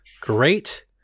great